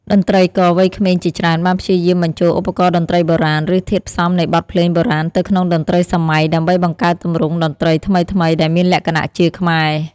តន្ត្រីករវ័យក្មេងជាច្រើនបានព្យាយាមបញ្ចូលឧបករណ៍តន្ត្រីបុរាណ ឬធាតុផ្សំនៃបទភ្លេងបុរាណទៅក្នុងតន្ត្រីសម័យ ដើម្បីបង្កើតទម្រង់តន្ត្រីថ្មីៗដែលមានលក្ខណៈជាខ្មែរ។